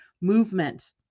movement